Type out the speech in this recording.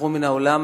עברו מהעולם.